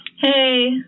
Hey